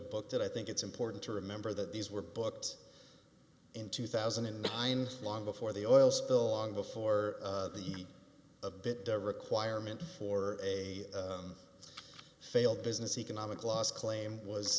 book that i think it's important to remember that these were books in two thousand and nine long before the oil spill long before the a bit the requirement for a failed business economic loss claim was